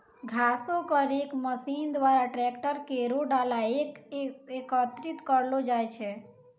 घासो क rake machine द्वारा ट्रैकर केरो डाला म एकत्रित करलो जाय छै